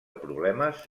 problemes